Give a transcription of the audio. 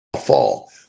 fall